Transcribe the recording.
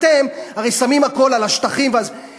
אתם הרי שמים הכול על השטחים ועל זה.